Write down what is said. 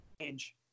change